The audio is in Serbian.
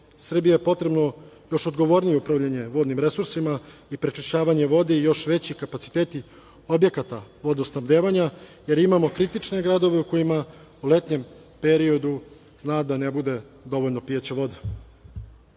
Srbiji je potrebno još odgovornije upravljanje vodnim resursima i prečišćavanje vode i još veći kapaciteti objekata vodosnabdevanja, jer imamo kritične gradove u kojima u letnjem periodu zna da ne bude dovoljno pijaće